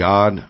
God